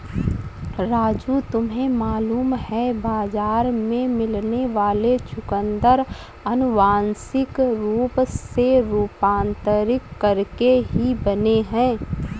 राजू तुम्हें मालूम है बाजार में मिलने वाले चुकंदर अनुवांशिक रूप से रूपांतरित करके ही बने हैं